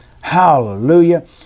Hallelujah